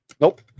Nope